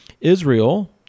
Israel